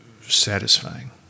satisfying